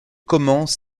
commence